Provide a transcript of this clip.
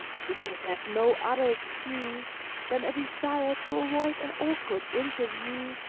he could have no other excuse than a desire to avoid an awkward interview,